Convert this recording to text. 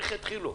איך יתחילו?